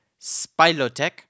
Spilotech